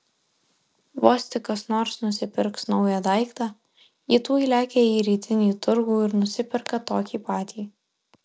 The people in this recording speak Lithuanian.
vos tik kas nors nusipirks naują daiktą ji tuoj lekia į rytinį turgų ir nusiperka tokį patį